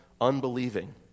unbelieving